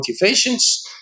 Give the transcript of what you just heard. motivations